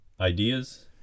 ideas